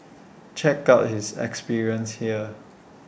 check out his experience here